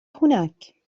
هناك